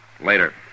Later